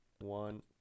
one